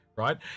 right